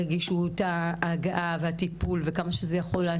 הרגישות בטיפול ועל מניעת הסלמה של זה?